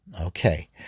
Okay